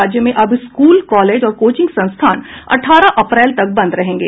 राज्य में अब स्कूल कॉलेज और कोचिंग संस्थान अठारह अप्रैल तक बंद रहेंगे